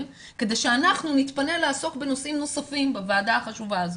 כדי שאנחנו נתפנה לעסוק בנושאים נוספים בוועדה החשובה הזאת.